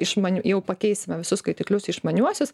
išmanių jau pakeisime visus skaitiklius į išmaniuosius